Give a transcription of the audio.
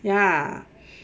ya